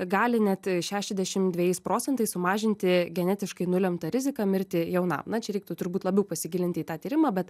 gali net šešiadešim dvejais procentais sumažinti genetiškai nulemtą riziką mirti jaunam na čia reiktų turbūt labiau pasigilinti į tą tyrimą bet